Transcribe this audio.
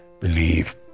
believe